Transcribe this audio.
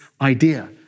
idea